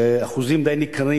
ואחוזים די ניכרים